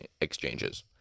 exchanges